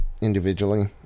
Individually